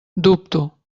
dubto